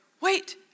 wait